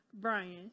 Brian